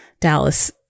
Dallas